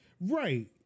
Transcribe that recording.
Right